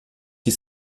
die